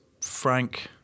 Frank